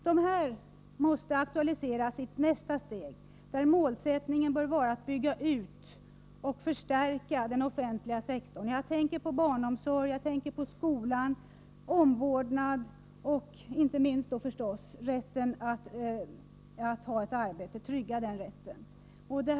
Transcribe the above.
De måste aktualiseras i ett nästa steg, där målsättningen bör vara att bygga ut och förstärka den offentliga sektorn — jag tänker på barnomsorgen, skolan, omvårdnaden och naturligtvis inte minst på att trygga rätten till arbete.